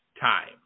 time